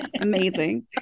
amazing